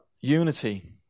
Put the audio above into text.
unity